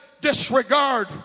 disregard